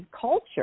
culture